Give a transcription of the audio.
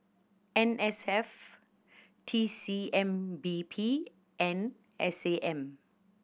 N S F T C M B P and S A M